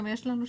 גם יש לנו שמות.